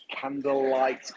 candlelight